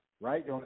right